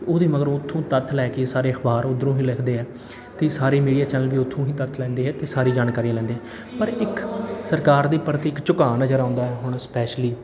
ਅਤੇ ਉਹਦੇ ਮਗਰੋਂ ਉੱਥੋਂ ਤੱਥ ਲੈ ਕੇ ਸਾਰੇ ਅਖ਼ਬਾਰ ਉੱਧਰੋਂ ਹੀ ਲਿਖਦੇ ਹੈ ਅਤੇ ਸਾਰੇ ਮੀਡੀਆ ਚੱਲ ਵੀ ਉੱਥੋਂ ਹੀ ਤੱਥ ਲੈਂਦੇ ਹੈ ਅਤੇ ਸਾਰੀ ਜਾਣਕਾਰੀਆਂ ਲੈਂਦੇ ਪਰ ਇੱਕ ਸਰਕਾਰ ਦੇ ਪ੍ਰਤੀ ਇੱਕ ਝੁਕਾਅ ਨਜ਼ਰ ਆਉਂਦਾ ਹੈ ਹੁਣ ਸਪੈਸ਼ਲੀ